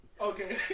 Okay